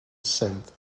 synth